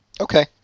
Okay